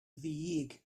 ddig